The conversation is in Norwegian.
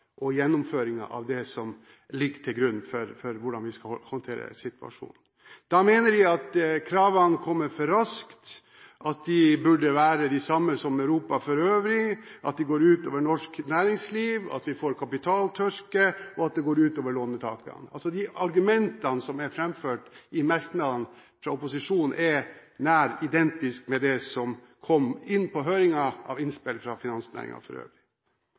og gjennomføringen av det som ligger til grunn for hvordan vi skal håndtere situasjonen. Da mener de at kravene kommer for raskt, at de burde være de samme som i Europa for øvrig, at de går ut over norsk næringsliv, at vi får kapitaltørke, og at det går ut over låntakerne. De argumentene som er framført i merknadene fra opposisjonen, er nær identiske med det som kom av innspill fra